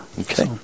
Okay